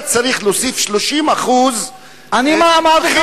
אתה צריך להוסיף 30% אני אמרתי לך,